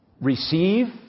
receive